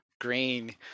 Green